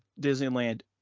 Disneyland